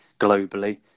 globally